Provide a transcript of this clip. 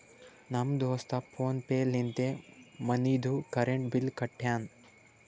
ನಮ್ ದೋಸ್ತ PhonePe ಲಿಂತೆ ಮನಿದು ಕರೆಂಟ್ ಬಿಲ್ ಕಟ್ಯಾನ್